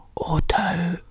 Auto